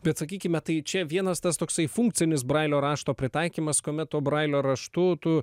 bet sakykime tai čia vienas tas toksai funkcinis brailio rašto pritaikymas kuomet to brailio raštu tu